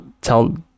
tell